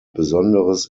besonderes